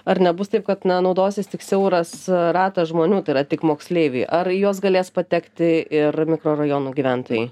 ar nebus taip kad na naudosis tik siauras ratas žmonių tai yra tik moksleiviai ar į juos galės patekti ir mikrorajonų gyventojai